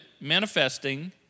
manifesting